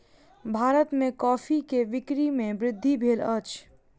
भारत में कॉफ़ी के बिक्री में वृद्धि भेल अछि